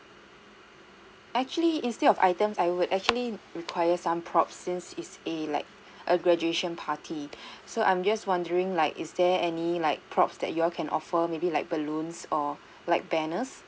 actually instead of items I would actually I require some props since it's a like a graduation party so I'm just wondering like is there any like props that you all can offer maybe like balloons or like banners